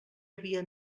havia